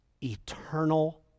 eternal